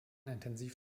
intensiv